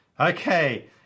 Okay